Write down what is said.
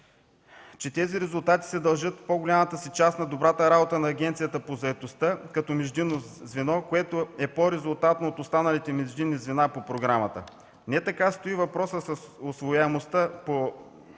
че тези резултати се дължат в по-голямата си част на добрата работа на Агенцията по заетостта, като междинно звено, което е по-резултатно от останалите междинни звена по програмата. Не така стои въпросът с усвояемостта по